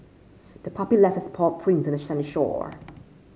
the puppy left its paw prints on the sandy shore